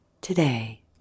today